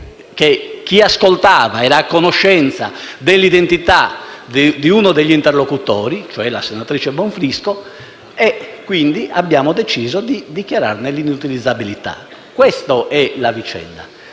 chi ascoltava era a conoscenza dell'identità di uno degli interlocutori, cioè della senatrice Bonfrisco, quindi abbiamo deciso di dichiararne l'inutilizzabilità. Questa è la vicenda.